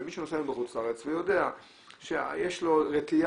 מי שנוסע היום בחוץ לארץ יודע שיש לו רתיעה,